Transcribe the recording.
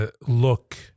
look